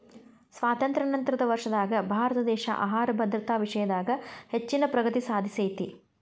ಸ್ವಾತಂತ್ರ್ಯ ನಂತರದ ವರ್ಷದಾಗ ಭಾರತದೇಶ ಆಹಾರ ಭದ್ರತಾ ವಿಷಯದಾಗ ಹೆಚ್ಚಿನ ಪ್ರಗತಿ ಸಾಧಿಸೇತಿ